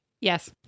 Yes